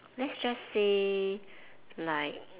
let's just say like